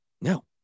No